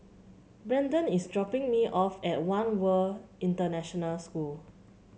Brenden is dropping me off at One World International School